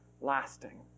lasting